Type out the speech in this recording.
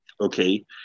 Okay